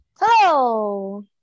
Hello